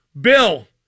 bill